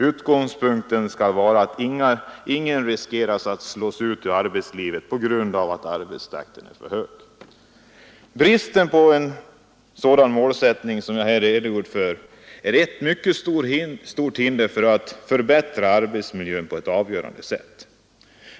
Utgångspunkten skall vara att ingen riskerar att slås ut ur arbetslivet på grund av att arbetstakten är för hög. Bristen på en sådan målsättning som jag här har redogjort för är ett mycket stort hinder för att förbättra arbetsmiljön på ett avgörande sätt.